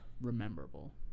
rememberable